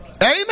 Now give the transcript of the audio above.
Amen